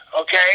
okay